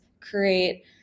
create